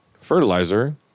fertilizer